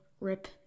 rip